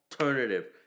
alternative